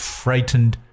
frightened